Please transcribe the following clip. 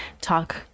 talk